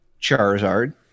Charizard